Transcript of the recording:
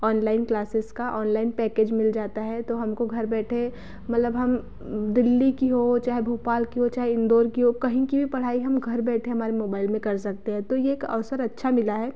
online classes का online package मिल जाता है तो हमको घर बैठे मतलब हम दिल्ली की हो चाहे भोपाल की हो चाहे इंदौर की हो कहीं की भी पढ़ाई हम घर बैठे हमारी मोबाइल में कर सकते है तो ये एक अवसर अच्छा मिला है